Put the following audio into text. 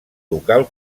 local